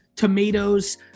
tomatoes